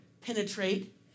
penetrate